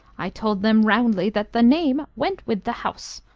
i told them roundly that the name went with the house.